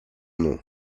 nom